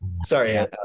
Sorry